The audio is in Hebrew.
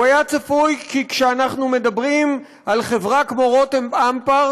הוא היה צפוי כי כשאנחנו מדברים על חברה כמו רותם אמפרט